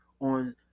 on